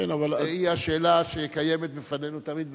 והיא השאלה שקיימת בפנינו תמיד,